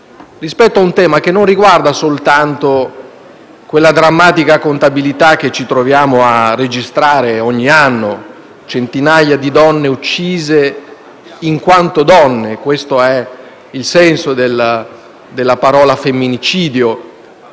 rispetto a un tema che non riguarda soltanto la drammatica contabilità che ci troviamo a registrare ogni anno. Sono centinaia le donne uccise in quanto donne. Questo è il senso della parola femminicidio.